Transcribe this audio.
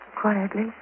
Quietly